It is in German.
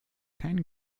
kein